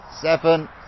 seven